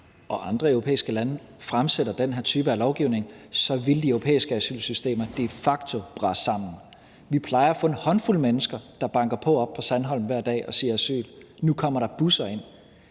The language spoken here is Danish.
og andre europæiske lande fremsætter den her type af lovgivning, ville de europæiske asylsystemer de facto brase sammen. Vi plejer at få en håndfuld mennesker, der banker på oppe i Sandholm hver dag og siger »asyl«. Nu kommer der busser ind.